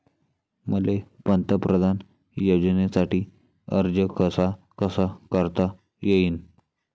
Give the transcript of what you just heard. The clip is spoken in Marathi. मले पंतप्रधान योजनेसाठी अर्ज कसा कसा करता येईन?